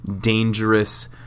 dangerous